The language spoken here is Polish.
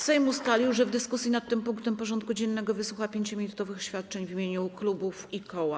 Sejm ustalił, że w dyskusji nad tym punktem porządku dziennego wysłucha 5-minutowych oświadczeń w imieniu klubów i koła.